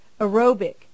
aerobic